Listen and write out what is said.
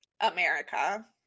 America